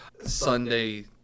Sunday